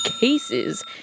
cases